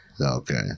okay